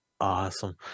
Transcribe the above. Awesome